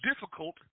difficult